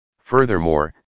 Furthermore